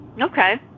Okay